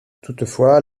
toutefois